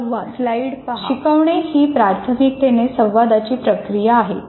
संवाद शिकवणे ही प्राथमिकतेने संवादाची प्रक्रिया आहे